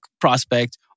prospect